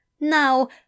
now